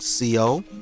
co